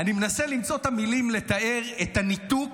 אני מנסה למצוא את המילים לתאר את הניתוק